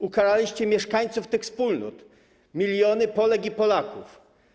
Ukaraliście mieszkańców tych wspólnot, miliony Polek i Polaków.